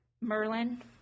Merlin